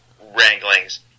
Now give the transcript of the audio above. wranglings